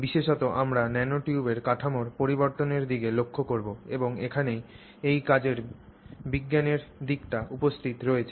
বিশেষত আমরা ন্যানোটিউবের কাঠামোর পরিবর্তনের দিকে লক্ষ্য করব এবং এখানেই এই কাজের বিজ্ঞানের দিকটি উপস্থিত রয়েছে